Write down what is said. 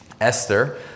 Esther